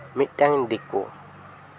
ᱢᱤᱫᱴᱮᱱ ᱫᱤᱠᱩ